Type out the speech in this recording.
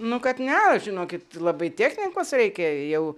nu kad ne žinokit labai technikos reikia jau